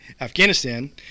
Afghanistan